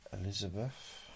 elizabeth